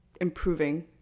improving